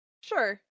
Sure